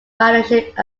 ridership